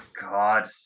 God